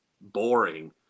boring